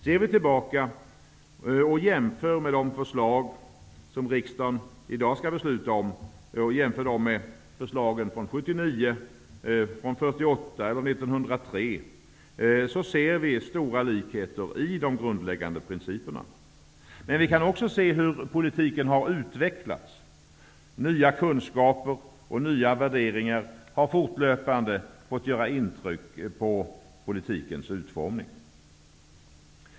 Ser vi tillbaka och jämför förslagen från 1979, 1948 eller 1903 med de förslag som riksdagen nu skall besluta om, finner vi stora likheter i de grundläggande principerna. Men vi kan också se hur politiken har utvecklats. Nya kunskaper och nya värderingar har fortlöpande fått göra intryck på politikens utformning.